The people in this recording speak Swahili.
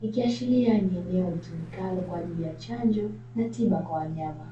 ikiashiria ni eneo litumikalo kwaajili ya chanjo na tiba kwa wanyama.